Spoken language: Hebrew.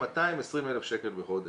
היא 220,000 שקל בחודש,